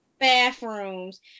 bathrooms